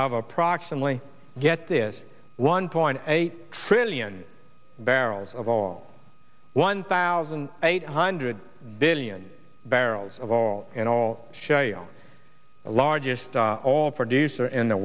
of approximately get this one point eight trillion barrels of all one thousand eight hundred billion barrels of all in all shale the largest oil producer in the